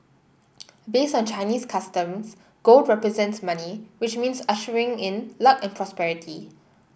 based on Chinese customs gold represents money which means ushering in luck and prosperity